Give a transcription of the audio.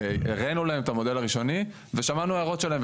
הראנו להם את המודל הראשוני ושמענו הערות שלהם,